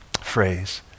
phrase